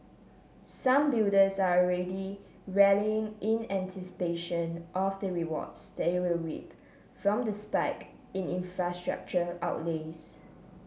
some builders are already rallying in anticipation of the rewards they will reap from the spike in infrastructure outlays